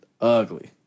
ugly